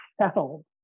settled